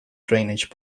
drainage